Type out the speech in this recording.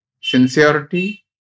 sincerity